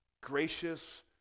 gracious